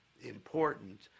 important